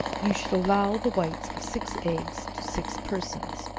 you should allow the whites of six eggs to six persons.